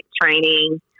training